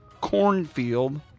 Cornfield